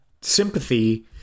sympathy